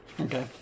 Okay